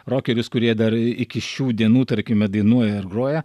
rokerius kurie dar iki šių dienų tarkime dainuoja ar groja